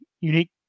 unique